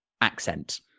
accent